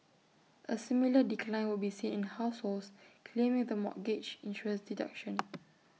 A similar decline would be seen in households claiming the mortgage interest deduction